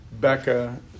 Becca